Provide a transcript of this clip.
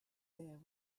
there